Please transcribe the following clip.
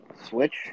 switch